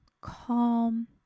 calm